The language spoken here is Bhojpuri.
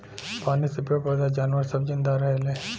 पानी से पेड़ पौधा जानवर सब जिन्दा रहेले